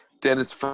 Dennis